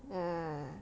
ah